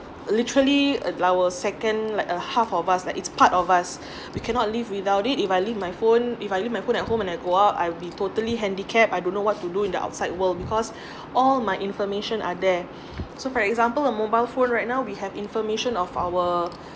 literally uh like a second like a half of us like it's part of us we cannot live without it if I leave my phone if I leave my phone at home and I go out I'd be totally handicap I don't know what to do in the outside world because all my information are there so for example a mobile phone right now we have information of our